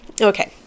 Okay